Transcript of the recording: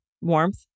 Warmth